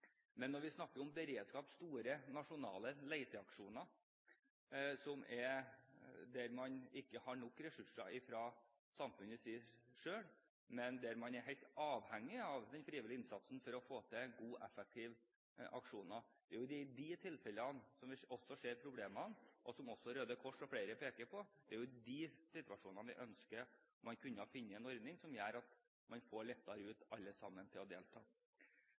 Men når vi snakker om beredskap, store nasjonale leteaksjoner, der man ikke har nok ressurser fra samfunnets side, der man er helt avhengig av den frivillige innsatsen for å få til gode og effektive aksjoner, er det i de tilfellene vi også ser problemene. Som også Røde Kors og flere peker på, er det jo i de situasjonene vi ønsker at man kunne finne en ordning som gjør at man lettere får ut alle sammen til å delta.